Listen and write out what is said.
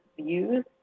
views